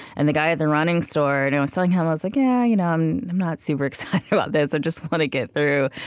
and the guy at the running store, and i was telling him, like yeah, you know um i'm not super-excited about this. i just want to get through.